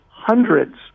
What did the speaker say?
Hundreds